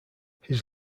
his